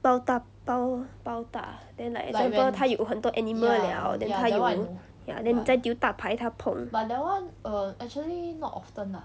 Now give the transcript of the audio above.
包大包包大 then like example 他有很多 animal 了 then 他有 ya then 你再丢大牌他碰